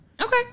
okay